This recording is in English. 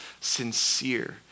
sincere